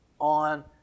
on